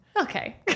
Okay